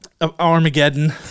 armageddon